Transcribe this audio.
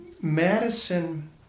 Madison